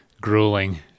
grueling